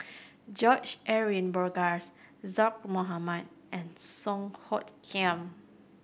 George Edwin Bogaars Zaqy Mohamad and Song Hoot Kiam